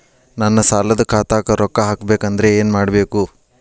ನನ್ನ ಸಾಲದ ಖಾತಾಕ್ ರೊಕ್ಕ ಹಾಕ್ಬೇಕಂದ್ರೆ ಏನ್ ಮಾಡಬೇಕು?